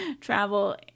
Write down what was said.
travel